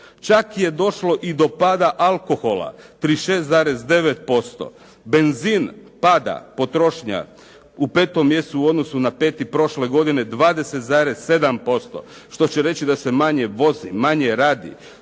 Čak je došlo i do pada alkohola 36,9%, benzin pada potrošnja u 5. mjesecu u odnosu na 5. prošle godine 20,7%, što će reći da se manje vozi, manje radi,